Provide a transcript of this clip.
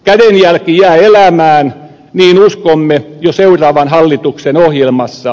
kädenjälki jää elämään niin uskomme jo seuraavan hallituksen ohjelmassa